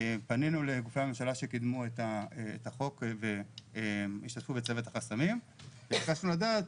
פנינו לגופי הממשלה שקידמו את החוק והשתתפו בצוות החסמים וביקשנו לדעת